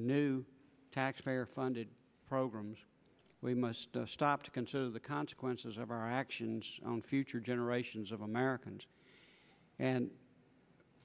new taxpayer funded programs we must stop to consider the consequences of our actions on future generations of americans and